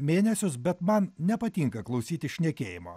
mėnesius bet man nepatinka klausytis šnekėjimo